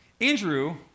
Andrew